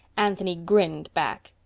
anthony grinned back.